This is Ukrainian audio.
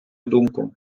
думку